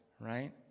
right